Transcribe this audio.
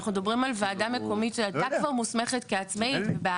אנחנו מדברים על וועדה מקומית שהייתה מוסמכת כבר כעצמאית.